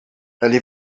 allez